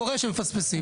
קורה שמפספסים.